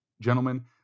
Gentlemen